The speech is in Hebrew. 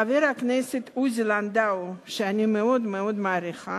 חבר הכנסת עוזי לנדאו, שאני מאוד מאוד מעריכה,